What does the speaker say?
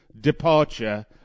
departure